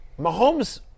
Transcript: Mahomes –